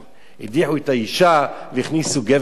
הדיחו את האשה והכניסו גבר במקומה,